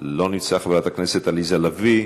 לא נמצא, חברת הכנסת עליזה לביא,